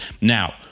Now